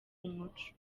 umuco